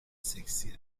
سکسیه